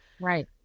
Right